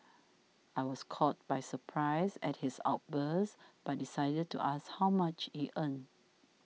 I was caught by surprise at his outburst but decided to ask how much he earned